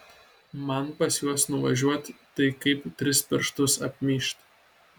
man pas juos nuvažiuot tai kaip tris pirštus apmyžt